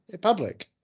public